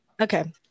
Okay